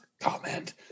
Comment